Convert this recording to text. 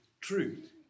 truth